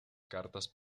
cartas